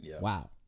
wow